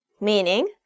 meaning